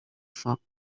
foc